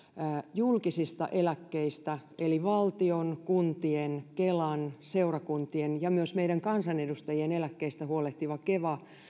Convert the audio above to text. julkisista eläkkeistä eli valtion kuntien kelan seurakuntien ja myös meidän kansanedustajien eläkkeistä huolehtiva keva